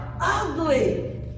ugly